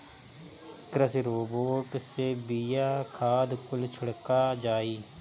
कृषि रोबोट से बिया, खाद कुल छिड़का जाई